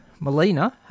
Melina